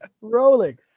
Rolling